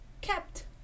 kept